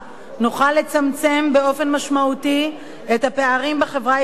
לצמצם באופן משמעותי את הפערים בחברה הישראלית,